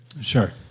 Sure